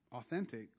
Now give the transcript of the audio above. authentic